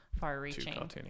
far-reaching